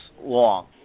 long